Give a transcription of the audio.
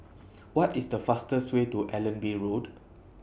What IS The fastest Way to Allenby Road